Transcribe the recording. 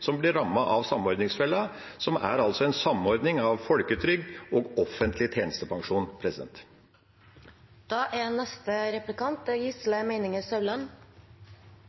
som blir rammet av samordningsfellen, som er en samordning av folketrygd og offentlig tjenestepensjon. Det er